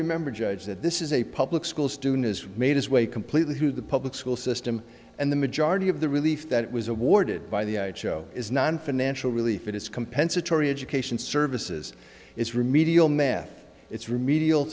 remember judge that this is a public school student has made its way completely through the public school system and the majority of the relief that it was awarded by the show is not in financial relief it is compensatory education services it's remedial math it's remedial